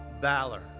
valor